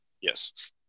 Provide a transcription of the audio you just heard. Yes